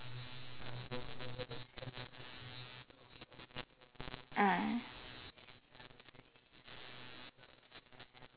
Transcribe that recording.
ah